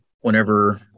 Whenever